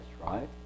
right